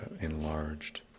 enlarged